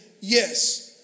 Yes